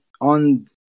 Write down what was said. on-